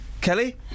Kelly